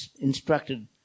instructed